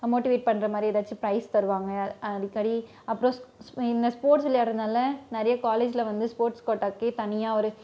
motivate பண்ணுற மாதிரி எதாச்சு ப்ரைஸ் தருவாங்க அடிக்கடி அப்றம் இந்த ஸ்போர்ட்ஸ் விளையாடுறதுன்னால நிறைய காலேஜில் வந்து ஸ்போர்ட்ஸ் கோட்டாவுக்கே தனியாக ஒரு